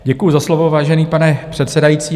Děkuji za slovo, vážený pane předsedající.